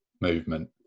movement